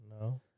No